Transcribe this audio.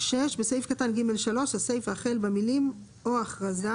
בסעיף קטן (ג3), הסיפה החל במילים "או הכרזה"